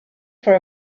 for